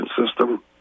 system